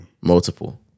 Multiple